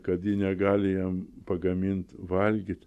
kad ji negali jam pagamint valgyt